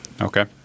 okay